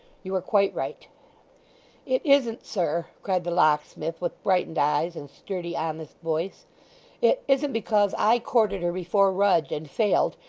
you are quite right it isn't, sir cried the locksmith with brightened eyes, and sturdy, honest voice it isn't because i courted her before rudge, and failed,